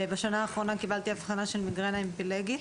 בשנה האחרונה קיבלתי אבחנה של מיגרנה המיפלגית,